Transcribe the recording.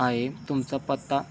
आहे तुमचा पत्ता